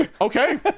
Okay